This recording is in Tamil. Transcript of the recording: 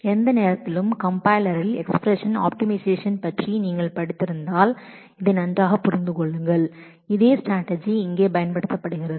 எந்த நேரத்திலும் கம்பைலரில் எக்ஸ்பிரஸன் ஆப்டிமைசேஷன் பற்றி நீங்கள் படித்திருந்தால் இதை நன்றாக புரிந்து கொள்ளுங்கள் இதே ஸ்ட்ராட்டஜி இங்கே பயன்படுத்தப்படுகிறது